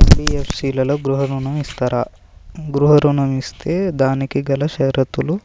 NBFC లలో గృహ ఋణం ఇస్తరా? గృహ ఋణం ఇస్తే దానికి గల షరతులు